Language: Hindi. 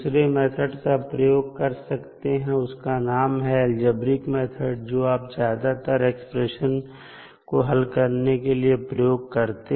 दूसरा मेथड जो आप प्रयोग कर सकते हैं उसका नाम है अलजेब्रिक मेथड जो आप ज्यादातर एक्सप्रेशन को हल करने के लिए प्रयोग करते हैं